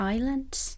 Islands